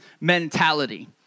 mentality